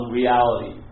reality